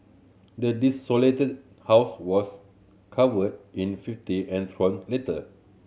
the desolated house was covered in fifty and torn letter